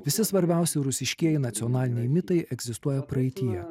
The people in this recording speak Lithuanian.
visi svarbiausi rusiškieji nacionaliniai mitai egzistuoja praeityje